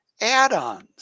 add-ons